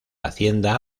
hacienda